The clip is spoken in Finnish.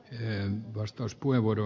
arvoisa puhemies